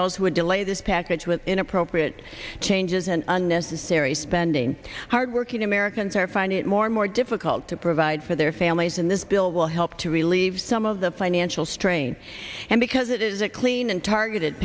would delay this package with inappropriate changes and unnecessary spending hardworking americans are finding more and more difficult to provide for their families in this bill will help to relieve some of the financial strain and because it is a clean and targeted